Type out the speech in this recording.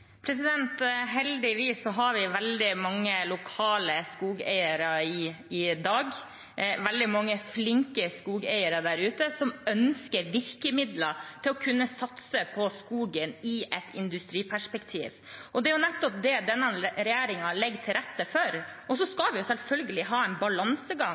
har vi veldig mange lokale skogeiere i dag, veldig mange flinke skogeiere der ute, som ønsker virkemidler til å kunne satse på skogen i et industriperspektiv. Det er nettopp det denne regjeringen legger til rette for. Så skal vi selvfølgelig ha en balansegang